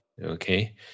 okay